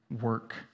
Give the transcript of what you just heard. work